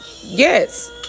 yes